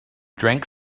drank